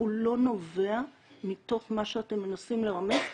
הוא לא נובע מתוך מה שאתם מנסים לרמז פה,